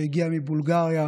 שהגיעה מבולגריה,